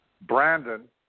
Brandon